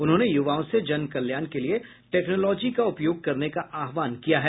उन्होंने युवाओं से जन कल्याण के लिये टेक्नोलॉजी का उपयोग करने का आहवान किया है